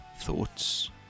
thoughts